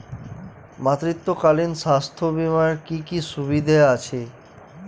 মাতৃত্বকালীন স্বাস্থ্য বীমার কি কি সুবিধে আছে?